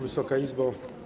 Wysoka Izbo!